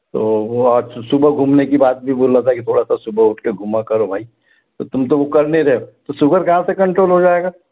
तो वो आज सुबह घूमने की बात भी बोला था कि थोड़ा सा सुबह उठ के घूमा करो भाई तो तुम तो वो कर नहीं रहे तो शुगर कहाँ से कंट्रोल हो जाएगा